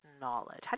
knowledge